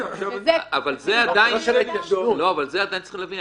אבל צריך להבין,